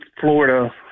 Florida